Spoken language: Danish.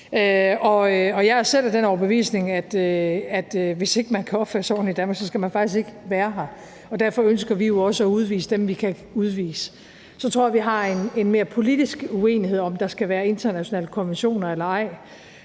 Jeg er selv af den overbevisning, at hvis ikke man kan opføre sig ordentligt i Danmark, skal man faktisk ikke være her, og derfor ønsker vi jo også at udvise dem, vi kan udvise. Så tror jeg – for det andet – at vi har en mere politisk uenighed om, om der skal være internationale konventioner eller ej.